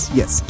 yes